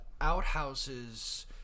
outhouses